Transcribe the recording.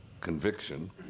conviction